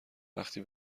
وقتی